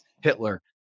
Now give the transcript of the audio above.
Hitler